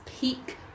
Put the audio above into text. peak